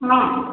ହଁ